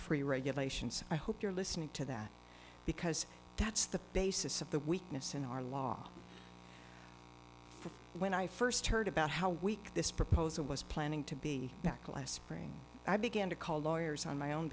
free regulations i hope you're listening to that because that's the basis of the weakness in our law from when i first heard about how weak this proposal was planning to be back last spring i began to call lawyers on my own